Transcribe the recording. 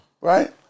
Right